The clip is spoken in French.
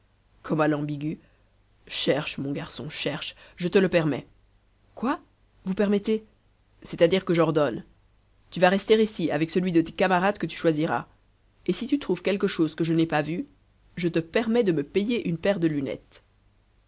comme à l'ambigu cherche mon garçon cherche je te le permets quoi vous permettez c'est-à-dire que j'ordonne tu vas rester ici avec celui de tes camarades que tu choisiras et si tu trouves quelque chose que je n'aie pas vu je te permets de me payer une paire de lunettes